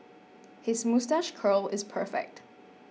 his moustache curl is perfect